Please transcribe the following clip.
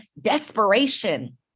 desperation